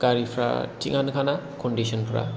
गारिफोरा थिकआनोखा ना कन्दिस'न फोरा